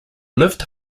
lived